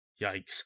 Yikes